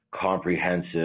comprehensive